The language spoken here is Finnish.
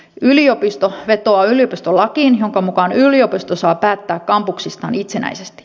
yliopisto vetoaa yliopistolakiin jonka mukaan yliopisto saa päättää kampuksistaan itsenäisesti